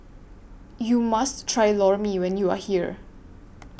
YOU must Try Lor Mee when YOU Are here